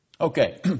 Okay